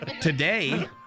Today